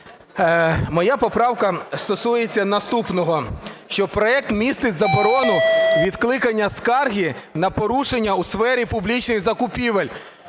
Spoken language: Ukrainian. Моя поправка стосується наступного. Що проект містить заборону відкликання скарги на порушення у сфері публічних закупівель.